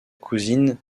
cousine